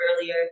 earlier